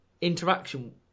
interaction